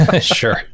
Sure